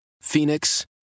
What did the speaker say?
Phoenix